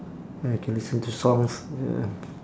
ya can listen to songs ya